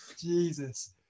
Jesus